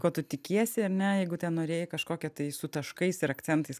ko tu tikiesi ar ne jeigu ten norėjai kažkokią tai su taškais ir akcentais